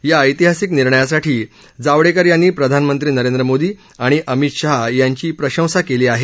या ऐतिहासिक निर्णयासाठी जावडेकर यांनी प्रधानमंत्री नरेंद्र मोदी आणि अमित शाह यांची प्रशंसा केली आहे